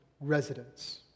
residents